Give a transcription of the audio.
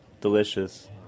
delicious